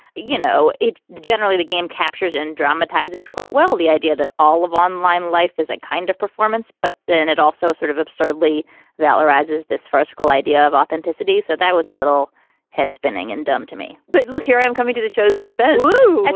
you know, it's generally the game captures and dramatizes quite well the idea that all of online life is a like kind of performance. but then it also sort of absurdly valorize is this farcical idea of authenticity. so that was a little head spinning and dumb to me but look, here i am coming to the show's defense. and